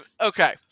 Okay